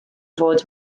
fod